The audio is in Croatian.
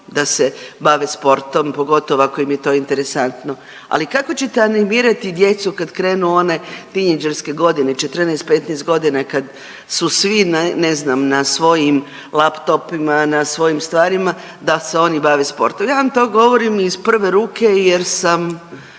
da se bave sportom pogotovo ako im je to interesantno, ali kako ćete animirati djecu kad krenu one tinejdžerske godine 14, 15 godina kad su svi ne znam na svojim laptopima, na svojim stvarima da se oni bave sportom. Ja vam to govorim iz prve ruke jer sam